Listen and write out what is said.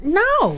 no